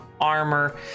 armor